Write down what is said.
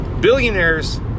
billionaires